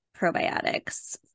probiotics